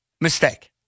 Mistake